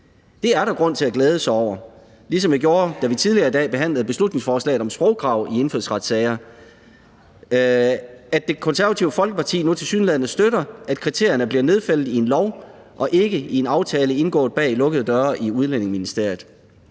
Det er der grund til at glæde sig over, ligesom jeg gjorde det, da vi tidligere i dag, behandlede beslutningsforslaget om sprogkrav i indfødsretssager. At Det Konservative Folkeparti nu tilsyneladende støtter, at kriterierne bliver nedfældet i en lov og ikke i en aftale indgået bag lukkede døre i Udlændinge-